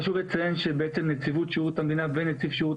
חשוב לציין שבעצם נציבות שירות המדינה ונציב שירות